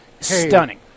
Stunning